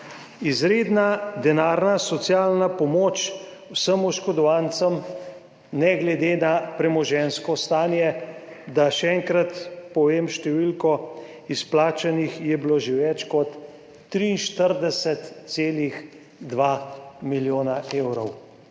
izredna denarna socialna pomoč vsem oškodovancem ne glede na premoženjsko stanje. Naj še enkrat povem številko, izplačanih je bilo že več kot 43,2 milijona evrov.